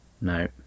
No